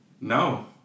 No